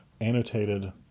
annotated